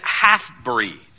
half-breeds